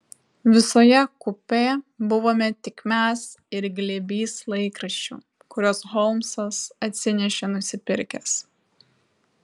visoje kupė buvome tik mes ir glėbys laikraščių kuriuos holmsas atsinešė nusipirkęs